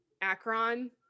Akron